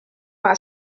par